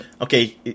Okay